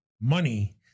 money